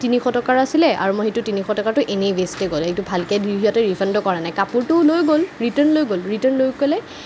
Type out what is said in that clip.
তিনিশ টকাৰ আছিলে আৰু মোৰ সেইটো তিনিশ টকাটো এনেই ৱেষ্টেই গ'ল সেইটো ভালকৈ সিহঁতে ৰিফাণ্ডে কৰা নাই কাপোৰটো লৈ গ'ল ৰিটাৰ্ন লৈ গ'ল ৰিটাৰ্ন লৈ পেলাই